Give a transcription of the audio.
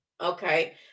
Okay